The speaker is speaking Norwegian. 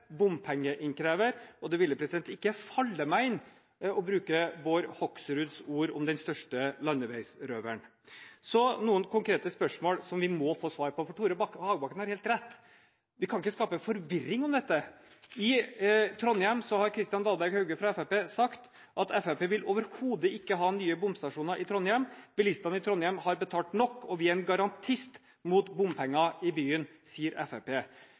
bompengeinnkrever, og det ville ikke falle meg inn å bruke Bård Hoksruds ord om den største landeveisrøveren. Så noen konkrete spørsmål som vi må få svar på. Tore Hagebakken har helt rett, vi kan ikke skape forvirring om dette. I Trondheim har Kristian Dahlberg Hauge sagt at Fremskrittspartiet vil overhodet ikke ha nye bomstasjoner der. Bilistene i Trondheim har betalt nok, og de er en garantist mot bompenger i byen, sier